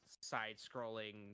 side-scrolling